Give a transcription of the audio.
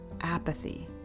apathy